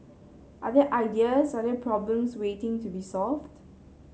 are there ideas are there problems waiting to be solved